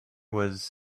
was